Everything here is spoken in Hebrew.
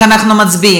איך אנחנו מצביעים.